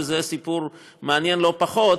וזה סיפור מעניין לא פחות,